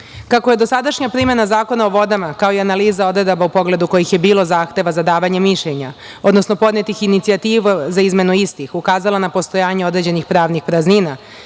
je dosadašnja primena Zakona o vodama kao i analiza odredaba u pogledu kojih je bilo zahteva za davanje mišljenja, odnosno podnetih inicijativa za izmenu istih, ukazala na postojanje određenih pravnih praznina